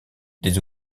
des